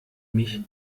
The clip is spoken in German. mich